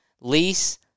lease